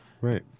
right